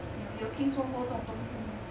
有有听说过这种东西吗